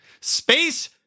Space